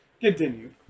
Continue